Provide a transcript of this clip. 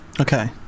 okay